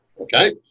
Okay